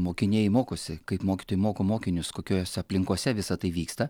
mokiniai mokosi kaip mokytojai moko mokinius kokiose aplinkose visa tai vyksta